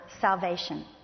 salvation